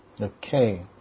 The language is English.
Okay